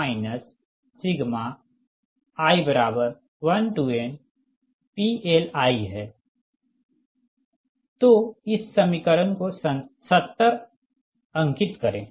तो इस समीकरण को 70 अंकित करें